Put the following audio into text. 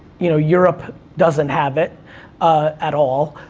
you know europe doesn't have it at all.